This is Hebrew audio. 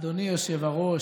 אדוני היושב-ראש.